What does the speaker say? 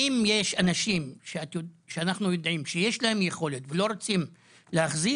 אם יש אנשים שאנחנו יודעים שיש להם יכולת ולא רוצים להחזיר,